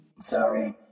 Sorry